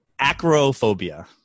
Acrophobia